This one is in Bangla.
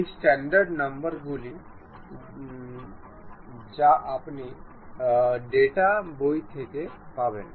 এই স্ট্যান্ডার্ড নম্বর গুলি যা আপনি ডেটা বই থেকে পাবেন